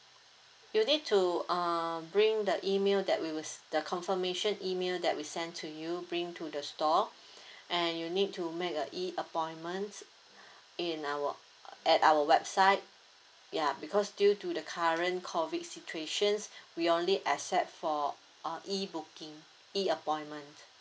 you need to uh bring the email that we will s~ the confirmation email that we sent to you bring to the store and you need to make a E appointments in our at our website ya because due to the current COVID situations we only accept for uh E booking E appointment